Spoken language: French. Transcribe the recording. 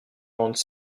grandes